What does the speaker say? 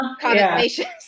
connotations